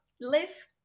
Live